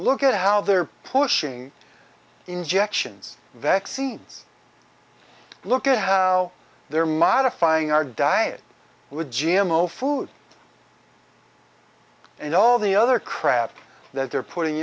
look at how they're pushing injections vaccines look at how they're modifying our diet with g m o food and all the other crap that they're putting